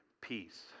peace